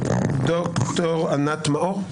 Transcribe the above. ד"ר ענת מאור.